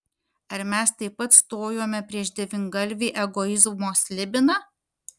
ar mes taip pat stojome prieš devyngalvį egoizmo slibiną